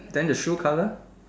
then the shoe color